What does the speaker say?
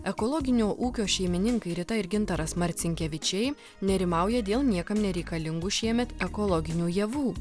ekologinio ūkio šeimininkai rita ir gintaras marcinkevičiai nerimauja dėl niekam nereikalingų šiemet ekologinių javų